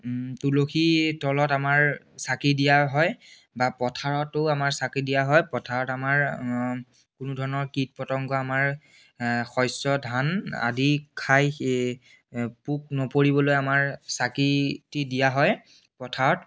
তুলসী তলত আমাৰ চাকি দিয়া হয় বা পথাৰতো আমাৰ চাকি দিয়া হয় পথাৰত আমাৰ কোনো ধৰণৰ কীট পতংগ আমাৰ শস্য ধান আদি খাই সেই পোক নপৰিবলৈ আমাৰ চাকিটি দিয়া হয় পথাৰত